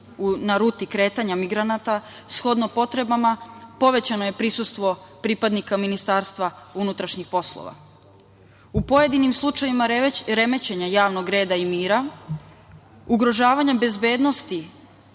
na ruti kretanja migranata, shodno potrebama, povećano je prisustvo pripadnika ministarstva unutrašnjih poslova.U pojedinim slučajevima remećenja javnog reda i mira, ugrožavanjem bezbednosti